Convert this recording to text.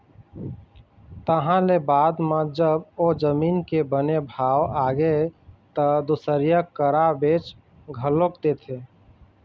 तहाँ ले बाद म जब ओ जमीन के बने भाव आगे त दुसरइया करा बेच घलोक देथे